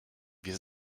wir